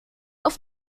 auf